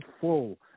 full